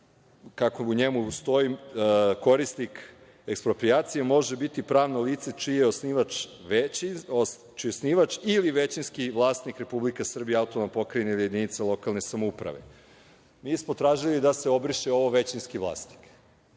kako u njemu stoji – korisnik eksproprijacije može biti pravno lice čiji je osnivač ili većinski vlasnik Republika Srbija, AP ili jedinica lokalne samouprave. Mi smo tražili da se obriše ovo većinski vlasnik.